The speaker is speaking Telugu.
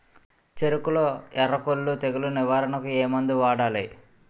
చెఱకులో ఎర్రకుళ్ళు తెగులు నివారణకు ఏ మందు వాడాలి?